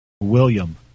William